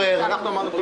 בזה.